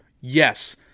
Yes